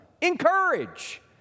Encourage